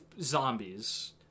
zombies